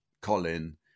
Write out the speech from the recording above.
Colin